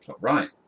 Right